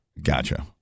Gotcha